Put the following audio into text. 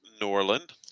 Norland